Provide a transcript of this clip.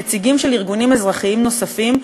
נציגים של ארגונים אזרחיים נוספים,